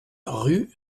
rue